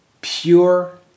pure